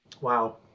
Wow